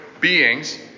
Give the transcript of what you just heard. beings